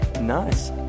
nice